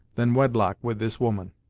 than wedlock with this woman.